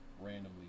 randomly